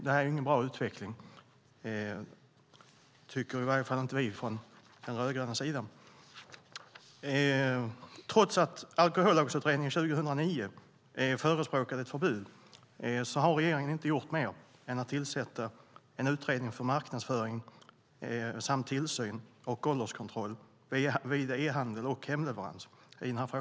Det är ingen bra utveckling. Det tycker i varje fall inte vi från den rödgröna sidan. Trots att Alkohollagsutredningen 2009 förespråkade ett förbud har regeringen inte gjort mer än att tillsätta en utredning för marknadsföring samt tillsyn och ålderskontroll vid e-handel och hemleverans.